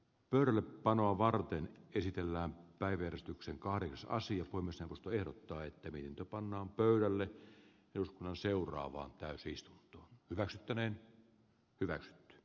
pöydällepanoa varten esitellään päivystyksen kaarinassa asia omistavasta sellaisiksi että niiltä pannaan pöydälle jo seuraavaan täysistuntoon josta ne hyväkseen d